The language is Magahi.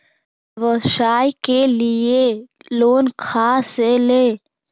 व्यवसाय के लिये लोन खा से ले?